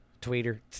Twitter